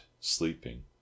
sleeping